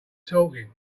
talking